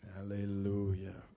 Hallelujah